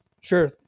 Sure